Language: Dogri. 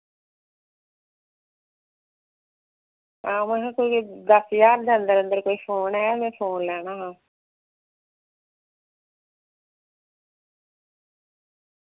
आं कोई दस्स ज्हार दे अंदर अंदर कोई फोन ऐ में फोन लैना हा